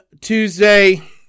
Tuesday